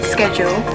Schedule